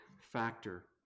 factor